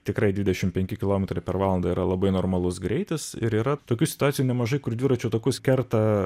tikrai dvidešimt penki kilometrai per valandą yra labai normalus greitis ir yra tokių situacijų nemažai kur dviračių takus kerta